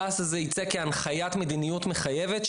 התע"ס הזה ייצא כהנחיית מדיניות מחייבת,